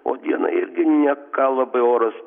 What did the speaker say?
o dieną irgi ne ką labai oras